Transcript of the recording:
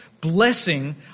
blessing